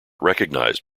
recognized